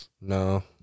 No